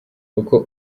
uko